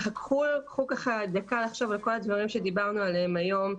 קחו ככה דקה לחשוב על כל הדברים שדיברנו עליהם היום,